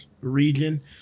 region